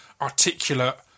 articulate